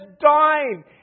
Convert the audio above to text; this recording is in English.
dying